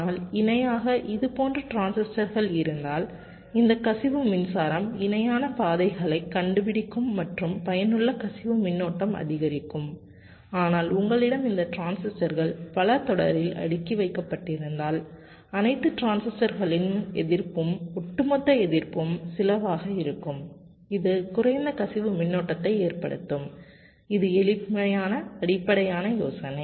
ஆனால் இணையாக இதுபோன்ற டிரான்சிஸ்டர்கள் இருந்தால் இந்த கசிவு மின்சாரம் இணையான பாதைகளைக் கண்டுபிடிக்கும் மற்றும் பயனுள்ள கசிவு மின்னோட்டம் அதிகரிக்கும் ஆனால் உங்களிடம் இந்த டிரான்சிஸ்டர்கள் பல தொடரில் அடுக்கி வைக்கப்பட்டிருந்தால் அனைத்து டிரான்சிஸ்டர்களின் எதிர்ப்பும் ஒட்டுமொத்த எதிர்ப்பும் சிலவாக இருக்கும் இது குறைந்த கசிவு மின்னோட்டத்தை ஏற்படுத்தும் இது எளிமையான அடிப்படை யோசனை